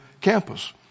campus